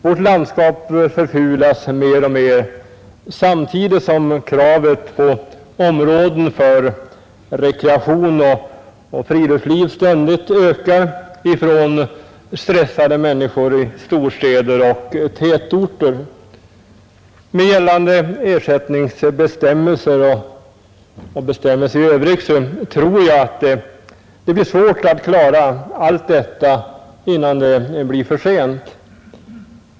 Vårt landskap förfulas mer och mer samtidigt som kraven på områden för rekreation och friluftsliv ständigt ökar ifrån stressade människor i storstäder och tätorter. Med gällande ersättningsbestämmelser och bestämmelser i övrigt tror jag det blir svårt att klara allt detta innan det är för sent.